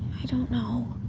i don't know.